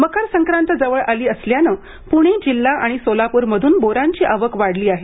मकर संक्रांत जवळ आली असल्याने पुणे जिल्हा आणि सोलापूरमधून बोरांची आवक वाढली आहे